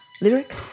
Lyric